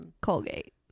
Colgate